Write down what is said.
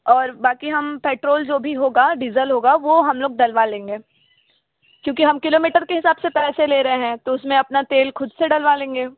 और बाक़ी हम पेट्रोल जो भी होगा डीजल होगा वो हम लोग डलवा लेंगे चूँकि हम किलोमीटर के हिसाब से पैसे ले रहे हैं तो उस में अपना तेल ख़ुद से डलवा लेंगे